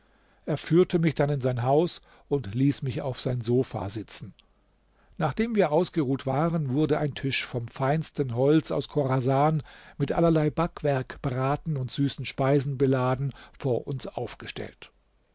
er führte mich dann in sein haus und ließ mich auf sein sofa sitzen nachdem wir ausgeruht waren wurde ein tisch vom feinsten holz aus chorasan mit allerlei backwerk braten und süßen speisen beladen vor uns aufgestellt